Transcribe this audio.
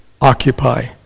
Occupy